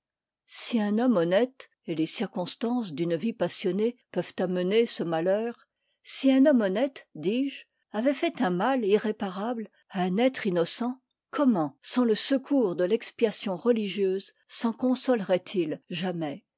si un homme honnête et les circonstances d'une vie passionnée peuvent amener ce malheur si un homme honnête dis-je avait fait un mal irréparable à un être innocent comment sans le secours de l'expiation religieuse s'en consolerait il jamais